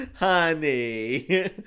Honey